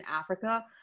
Africa